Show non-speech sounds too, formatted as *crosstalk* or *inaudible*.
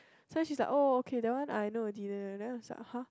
some she's like oh okay that one I know already *noise* then I was like !huh!